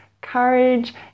courage